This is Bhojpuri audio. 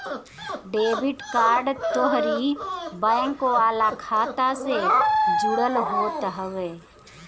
डेबिट कार्ड तोहरी बैंक वाला खाता से जुड़ल होत हवे